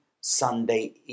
Sunday